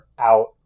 out